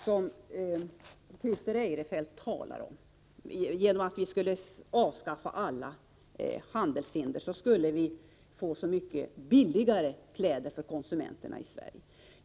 Christer Eirefelt sade att vi genom att avskaffa alla handelshinder skulle få så mycket billigare kläder till konsumenterna i Sverige.